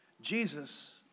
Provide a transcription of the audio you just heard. Jesus